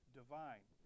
divine